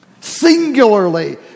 singularly